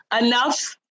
Enough